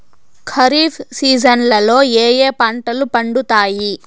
ఖరీఫ్ సీజన్లలో ఏ ఏ పంటలు పండుతాయి